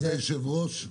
כבוד היושב ראש,